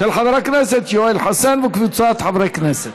של חבר הכנסת יואל חסון וקבוצת חברי הכנסת.